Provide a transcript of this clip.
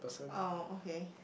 oh okay